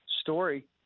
story